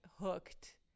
hooked